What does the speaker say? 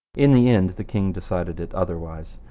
in the end the king decided it otherwise.